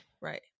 Right